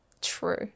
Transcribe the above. true